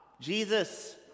jesus